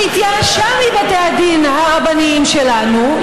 כשהתייאשה מבתי הדין הרבניים שלנו,